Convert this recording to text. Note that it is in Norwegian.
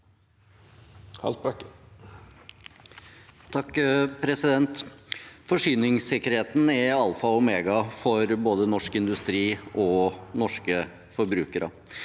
(SV) Forsyningssik- kerheten er alfa og omega for både norsk industri og norske forbrukere.